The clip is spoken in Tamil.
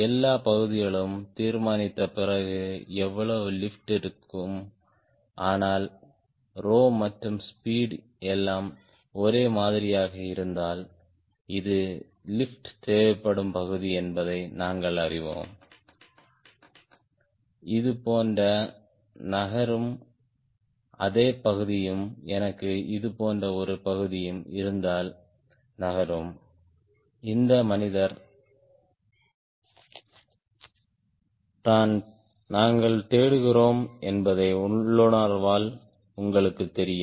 எல்லா பகுதிகளும் தீர்மானித்த பிறகு எவ்வளவு லிப்ட் இருக்கும் ஆனால் 𝜌 மற்றும் ஸ்பீட் எல்லாம் ஒரே மாதிரியாக இருந்தால் இது லிப்ட் தேவைப்படும் பகுதி என்பதை நாங்கள் அறிவோம் இது போன்ற நகரும் அதே பகுதியும் எனக்கு இது போன்ற ஒரு பகுதியும் இருந்தால் நகரும் இந்த மனிதர் தான் நாங்கள் தேடுகிறோம் என்பதை உள்ளுணர்வால் உங்களுக்குத் தெரியும்